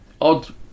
odd